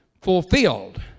fulfilled